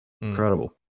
Incredible